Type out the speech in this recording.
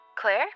Claire